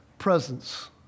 presence